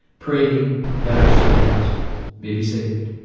praying that our souls may be saved.